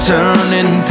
Turning